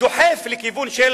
דוחף לכיוון של